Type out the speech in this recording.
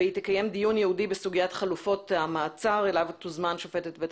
והיא תקיים דיון ייעודי בסוגיית חלופות המעצר שאליו תוזמן שופטת בית